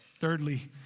Thirdly